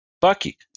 Bucky